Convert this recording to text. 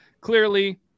clearly